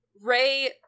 Ray